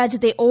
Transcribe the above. രാജ്യത്തെ ഒ